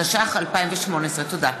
התשע"ח 2018. תודה.